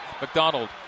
McDonald